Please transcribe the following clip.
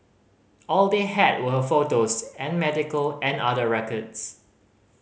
all they had were her photos and medical and other records